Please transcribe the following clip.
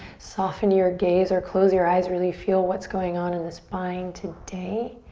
soften your gaze or close your eyes. really feel what's going on in the spine today.